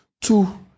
two